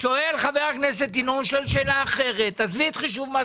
שואל חבר הכנסת ינון - עזבי את חישוב מס